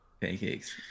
pancakes